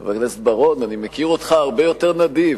חבר הכנסת בר-און, אני מכיר אותך הרבה יותר נדיב.